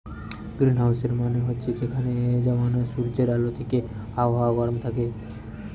গ্রীনহাউসের মানে হচ্ছে যেখানে জমানা সূর্যের আলো থিকে আবহাওয়া গরম থাকে